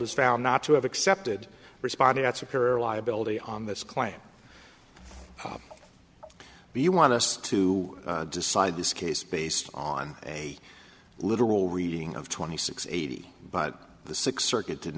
is found not to have accepted responded at superior liability on this claim but you want us to decide this case based on a literal reading of twenty six eighty but the sixth circuit did